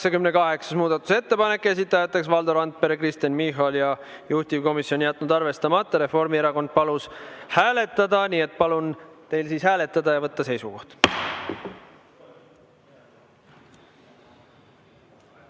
88. muudatusettepanek, esitajad Valdo Randpere ja Kristen Michal, juhtivkomisjon jätnud arvestamata. Reformierakond palus seda hääletada, nii et palun teil hääletada ja võtta seisukoht.